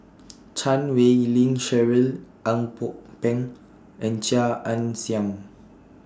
Chan Wei Ling Cheryl Ang Pok Peng and Chia Ann Siang